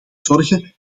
zorgen